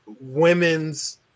women's